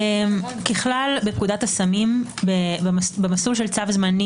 פ אני מגיש כתב אישום, או מתכנן